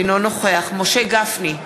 אינו נוכח משה גפני,